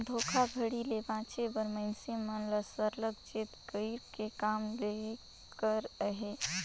धोखाघड़ी ले बाचे बर मइनसे मन ल सरलग चेत कइर के काम लेहे कर अहे